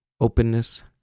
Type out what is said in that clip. openness